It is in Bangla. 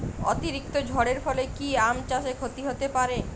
অতিরিক্ত ঝড়ের ফলে কি আম চাষে ক্ষতি হতে পারে?